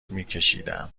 میکشیدم